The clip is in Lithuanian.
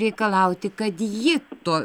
reikalauti kad ji tuo